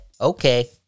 okay